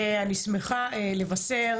אני שמחה לבשר